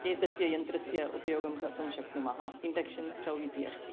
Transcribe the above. एतस्य यन्त्रस्य उपयोगं कर्तुं शक्नुमः इन्डक्षन् स्टौ इति अस्ति